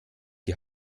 die